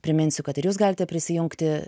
priminsiu kad ir jūs galite prisijungti